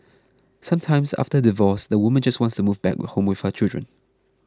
sometimes after divorce the woman just wants to move back home with her children